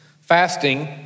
fasting